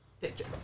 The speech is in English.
picture